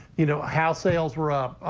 you know house sales were up.